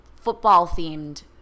football-themed –